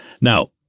Now